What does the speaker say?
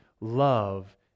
love